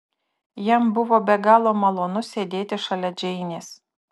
jam buvo be galo malonu sėdėti šalia džeinės